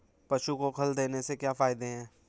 पशु को खल देने से क्या फायदे हैं?